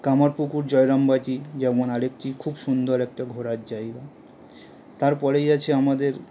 কামারপুকুর জয়রামবাটি যেমন আরেকটি খুব সুন্দর একটা ঘোরার জায়গা তারপরেই আছে আমাদের